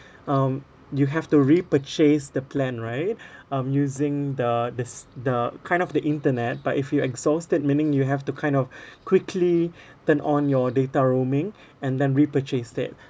um you have to repurchase the plan right um using the this the kind of the internet but if you exhaust it meaning you have to kind of quickly turn on your data roaming and then repurchase it